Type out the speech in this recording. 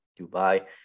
Dubai